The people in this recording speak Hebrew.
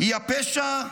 היא הפשע,